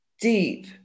deep